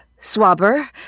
Swabber